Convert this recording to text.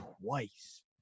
twice